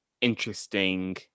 interesting